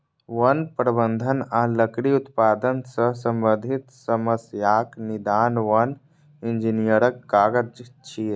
वन प्रबंधन आ लकड़ी उत्पादन सं संबंधित समस्याक निदान वन इंजीनियरक काज छियै